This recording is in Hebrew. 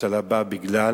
האבטלה באה בגלל